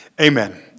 Amen